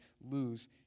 lose